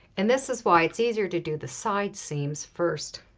and this is why it's easier to do the side seams first.